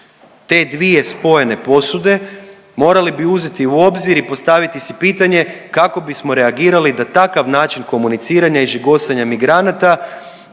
te dvije spojene posude morali bi uzeti u obzir i postaviti si pitanje kako bismo reagirali da takav način komuniciranja i žigosanja migranata,